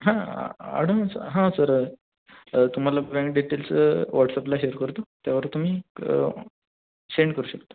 हां अडवांस हा सर तुम्हाला बँक डिटेल्स व्हॉटसअपला शेअर करतो त्यावर तुम्ही सेंड करू शकता